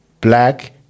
black